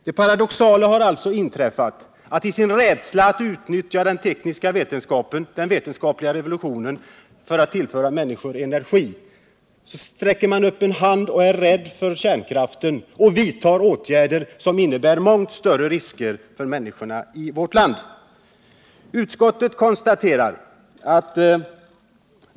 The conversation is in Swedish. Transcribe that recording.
Det paradoxala har alltså inträffat att i sin rädsla att utnyttja den tekniska vetenskapliga revolutionen för att tillföra människor energi sträcker man upp händerna och är rädd för kärnkraften och rädd för att vidta åtgärder som innebär mångdubbelt större risker för människorna i vårt land.